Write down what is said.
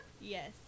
Yes